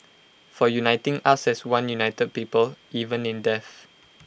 for uniting us as one united people even in death